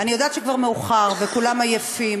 שכבר מאוחר וכולם עייפים,